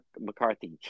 mccarthy